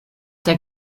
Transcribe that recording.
der